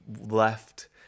left